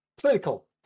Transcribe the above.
Political